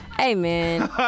Amen